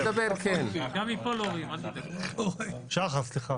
אני חושב